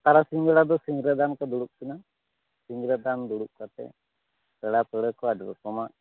ᱛᱟᱨᱟᱥᱤᱧ ᱵᱮᱲᱟ ᱫᱚ ᱥᱤᱸᱫᱽᱨᱟᱹᱫᱟᱱ ᱠᱚ ᱫᱩᱲᱩᱵ ᱠᱤᱱᱟᱹ ᱥᱟᱤᱫᱽᱨᱟᱹ ᱫᱟᱱ ᱫᱩᱲᱩᱵ ᱠᱟᱛᱮ ᱯᱮᱲᱟ ᱯᱟᱹᱲᱦᱟᱹ ᱠᱚ ᱟᱹᱰᱤ ᱨᱚᱠᱚᱢᱟᱜ